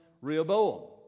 Rehoboam